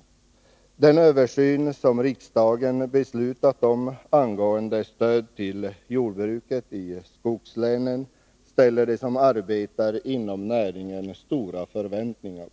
På den översyn som riksdagen beslutat om angående stöd till jordbruket i skogslänen ställer de som arbetar inom näringen stora förväntningar.